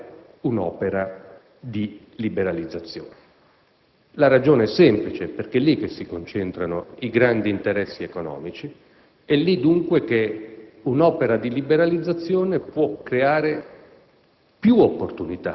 sviluppare un'opera di liberalizzazione. La ragione è semplice: è lì che si concentrano i grandi interessi economici ed è lì che, dunque, un'opera di liberalizzazione può creare